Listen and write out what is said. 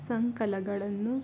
ಸಂಕಲಗಳನ್ನು